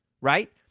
Right